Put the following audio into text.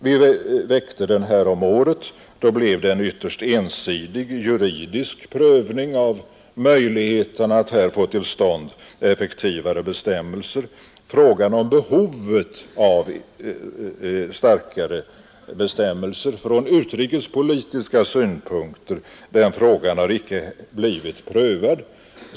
Vi väckte frågan häromåret. Då blev det en ytterst ensidig juridisk prövning av möjligheterna att få till stånd effektivare bestämmelser. Frågan om behovet av starkare bestämmelser från utrikespolitisk synpunkt har icke blivit prövad.